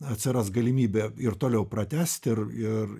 atsiras galimybė ir toliau pratęsti ir ir